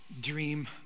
dream